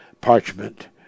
parchment